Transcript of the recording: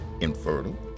infertile